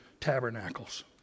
tabernacles